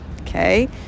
okay